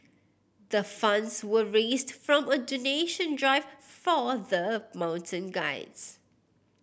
the funds were raised from a donation drive for the mountain guides